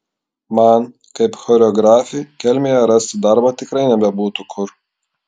man kaip choreografei kelmėje rasti darbą tikrai nebebūtų kur